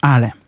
Ale